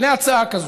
להצעה כזו.